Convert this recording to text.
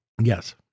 Yes